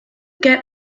get